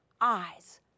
eyes